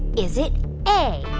is it a.